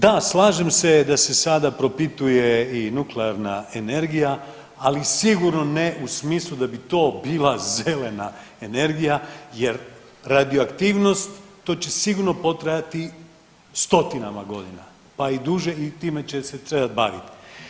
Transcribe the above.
Da slažem se da se sada propituje i nuklearna energija, ali sigurno ne u smislu da bi to bila zelena energija jer radioaktivnost to će sigurno potrajati 100-tinama godina, pa i duže i time će se trebat bavit.